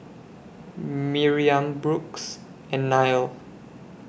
Miriam Brooks and Nile